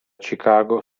chicago